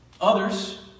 Others